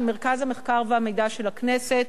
של מרכז המחקר והמידע של הכנסת,